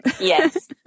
Yes